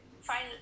find